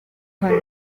hano